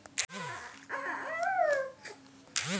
ओकर खाधिक मोती सबसँ नीक मोती छै